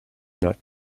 not